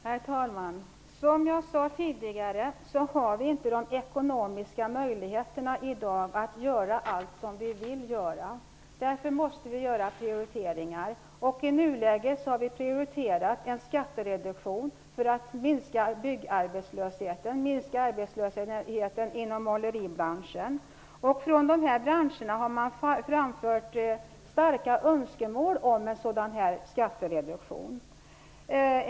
Herr talman! Som jag sade tidigare har vi i dag inte de ekonomiska möjligheterna att göra allt som vi vill göra. Därför måste vi göra prioriteringar. I nuläget har vi prioriterat en skattereduktion för att minska byggarbetslösheten och minska arbetslösheten inom måleribranschen. Från dessa branscher har man framfört starka önskemål om en sådan skattereduktion.